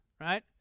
right